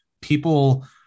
people